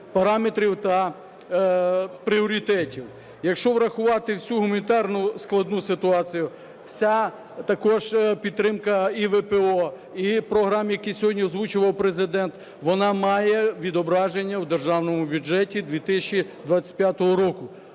параметрів та пріоритетів. Якщо врахувати всю гуманітарну складну ситуацію, вся також підтримка і ВПО, і програм, які сьогодні озвучував Президент, вона має відображення в Державному бюджеті 2025 року.